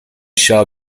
shall